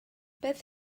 beth